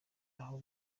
aho